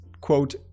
quote